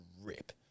rip